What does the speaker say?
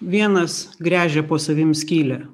vienas gręžia po savim skylę